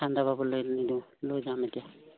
ঠণ্ডা পাবলৈ নিদিওঁ লৈ যাম এতিয়া